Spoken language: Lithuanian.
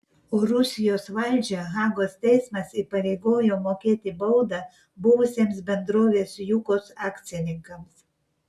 o rusijos valdžią hagos teismas įpareigojo mokėti baudą buvusiems bendrovės jukos akcininkams